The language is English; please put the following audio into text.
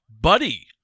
Buddy